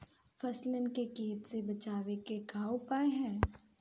फसलन के कीट से बचावे क का उपाय है?